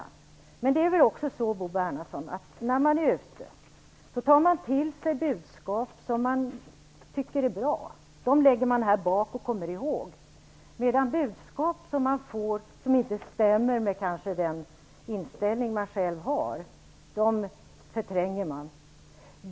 Men det är väl också så, Bo Bernhardsson, att man vid olika besök tar till sig budskap som man tycker är bra. Dem lägger man här bak och kommer ihåg. Budskap som kanske inte stämmer med den inställning man själv har förtränger man.